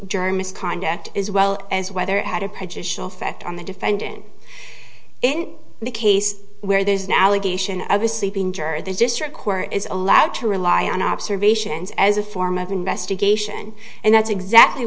germs conduct as well as whether added prejudicial effect on the defendant in the case where there's an allegation of a sleeping juror the district court is allowed to rely on observations as a form of investigation and that's exactly